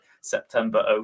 September